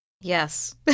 Yes